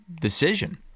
decision